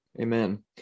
Amen